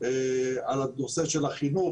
על הנושא של החינוך,